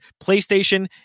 PlayStation